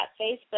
Facebook